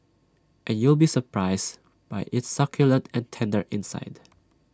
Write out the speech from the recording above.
and you'll be surprised by its succulent and tender inside